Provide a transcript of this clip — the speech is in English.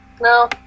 No